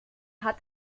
hat